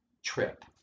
trip